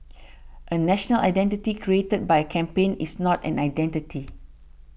a national identity created by a campaign is not an identity